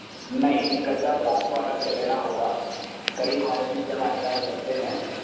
نہیں گدا تو آپ کو الگ سے لینا ہوگا کئی کوالٹی کے ہمارے پاس گدے ہیں